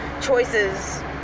choices